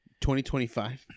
2025